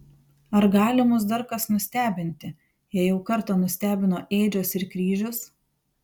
ar gali mus dar kas nustebinti jei jau kartą nustebino ėdžios ir kryžius